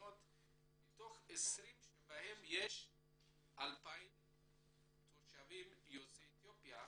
המקומיות מתוך 20 שבהן יש 2000 תושבים יוצאי אתיופיה,